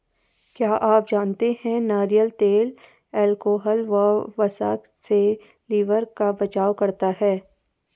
क्या आप जानते है नारियल तेल अल्कोहल व वसा से लिवर का बचाव करता है?